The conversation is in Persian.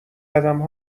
قدم